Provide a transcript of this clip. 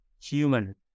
human